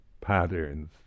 patterns